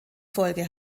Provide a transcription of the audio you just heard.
folge